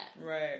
Right